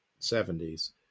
70s